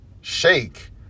shake